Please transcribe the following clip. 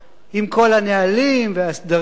עם כל הנהלים והסדרים,